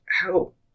help